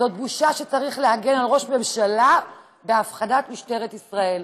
זו בושה שצריך להגן על ראש ממשלה בהפחדת משטרת ישראל.